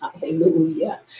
hallelujah